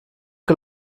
que